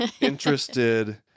interested